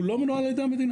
הוא לא מנוהל על ידי המדינה,